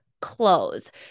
clothes